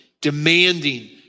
demanding